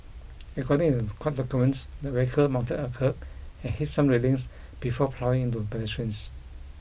according to court documents the vehicle mounted a kerb and hit some railings before ploughing into pedestrians